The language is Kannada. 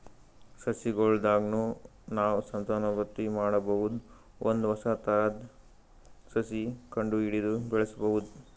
ಸಸಿಗೊಳ್ ದಾಗ್ನು ನಾವ್ ಸಂತಾನೋತ್ಪತ್ತಿ ಮಾಡಬಹುದ್ ಒಂದ್ ಹೊಸ ಥರದ್ ಸಸಿ ಕಂಡಹಿಡದು ಬೆಳ್ಸಬಹುದ್